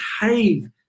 behave